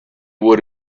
would